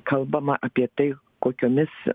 kalbama apie tai kokiomis